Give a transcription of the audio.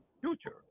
future